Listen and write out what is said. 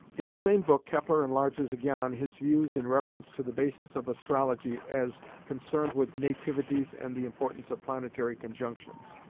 in the same book kepler enlarges again on his views in reference to the basis of astrology as concerned with nativities and the importance of planetary conjunctions.